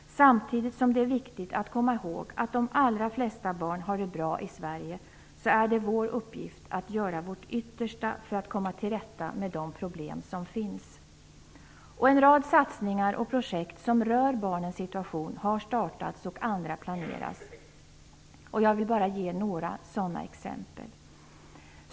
Samtidigt som det är viktigt att komma ihåg att de allra flesta barn har det bra i Sverige är det vår uppgift att göra vårt yttersta för att komma till rätta med de problem som finns. En rad satsningar och projekt som rör barnens situation har startats, och andra planeras.